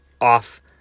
off